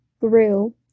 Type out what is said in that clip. grew